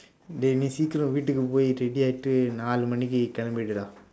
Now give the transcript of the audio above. dey நீ சீக்கிரம் விட்டுக்கு போய்:nii siikkiram vitdukku pooi ready நாழு மணிக்கு கிளம்பிடுடா:naazhu manikku kilampidudaa